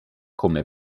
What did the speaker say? come